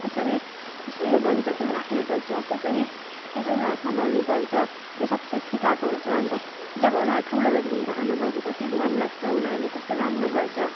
कसरी त्यस उयो गर्नुपर्छ राख्नुपर्छ कसरी कसै उनीहरू सम्हाल्नु पर्छ त्यो सबै सिकाएको हुन्छ अन्त जब उनीहरू ठुलो हुँदा त्यतिखेर आमा बाउको कति ध्यान राख्छ उनीहरूले कस्तो राम्रो गर्छ